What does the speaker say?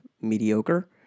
mediocre